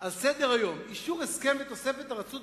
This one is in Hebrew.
על-סדר היום: אישור הסכם לתוספת הרצ"ב